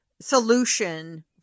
solution